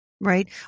right